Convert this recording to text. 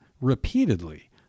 repeatedly